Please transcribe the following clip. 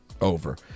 over